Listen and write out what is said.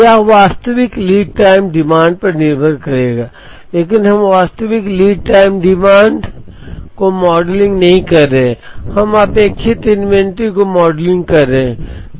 यह वास्तविक lead time demand पर निर्भर करेगा लेकिन हम वास्तविक लीड टाइम डिमांड को मॉडलिंग नहीं कर रहे हैं हम अपेक्षित इन्वेंट्री को मॉडलिंग कर रहे हैं